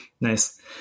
Nice